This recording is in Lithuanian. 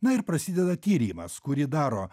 na ir prasideda tyrimas kurį daro